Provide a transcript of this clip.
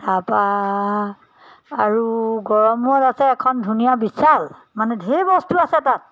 তাৰপৰা আৰু গড়মুৰত আছে এখন ধুনীয়া বিশাল মানে ঢেৰ বস্তু আছে তাত